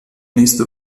nächste